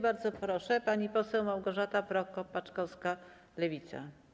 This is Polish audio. Bardzo proszę, pani poseł Małgorzata Prokop-Paczkowska, Lewica.